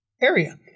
area